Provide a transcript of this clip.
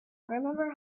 remember